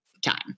time